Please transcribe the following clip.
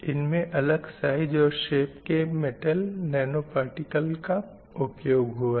इनमे अलग साइज़ और शेप के मेटल नैनो पार्टिकल का उपयोग हुआ है